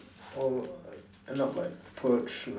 or end up like purge